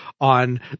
on